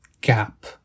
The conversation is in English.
gap